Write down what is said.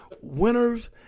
winners